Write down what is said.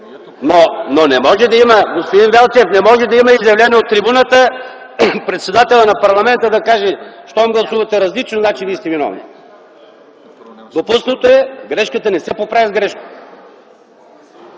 Велчев.) Но, господин Велчев, не може да има изявление от трибуната, председателят на парламента да казва, че щом гласувате различно, значи вие сте виновни! Допусната е грешка, но грешката не се поправя с грешка.